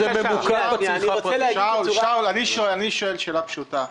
שאול, אני שואל שאלה פשוטה.